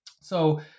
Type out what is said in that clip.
So-